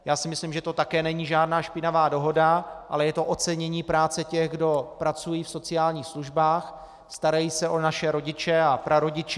Já si myslím, že to také není žádná špinavá dohoda, ale je to ocenění práce těch, kdo pracují v sociálních službách, starají se o naše rodiče a prarodiče.